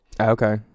Okay